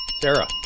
Sarah